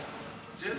מכל סוג